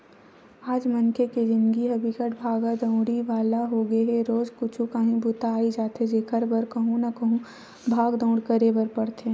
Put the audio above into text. आज मनखे के जिनगी ह बिकट भागा दउड़ी वाला होगे हे रोजे कुछु काही बूता अई जाथे जेखर बर कहूँ न कहूँ भाग दउड़ करे बर परथे